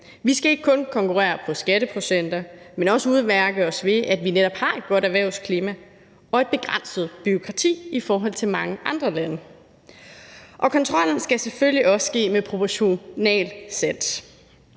Vi skal ikke kun konkurrere på skatteprocenter, men også udmærke os ved, at vi netop har at godt erhvervsklima og et begrænset bureaukrati i forhold til mange andre lande. Og kontrollen skal selvfølgelig også ske med proportionalitet.